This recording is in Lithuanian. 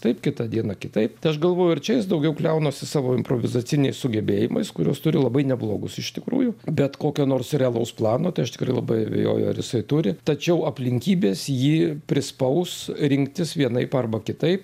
taip kitą dieną kitaip tai aš galvoju ir čia jis daugiau kliaunasi savo improvizaciniais sugebėjimais kuriuos turi labai neblogus iš tikrųjų bet kokio nors realaus plano tai aš tikrai labai abejoju ar jisai turi tačiau aplinkybės jį prispaus rinktis vienaip arba kitaip